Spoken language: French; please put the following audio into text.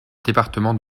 département